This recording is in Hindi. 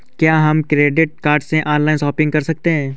क्या हम क्रेडिट कार्ड से ऑनलाइन शॉपिंग कर सकते हैं?